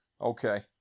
okay